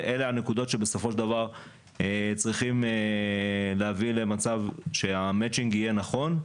אלו הנקודות שבסופו של דבר צריכים להביא למצב שהמצ'ינג יהיה נכון.